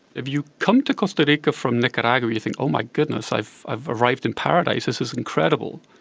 if you come to costa rica from nicaragua you think, oh my goodness, i've i've arrived in paradise, this is incredible.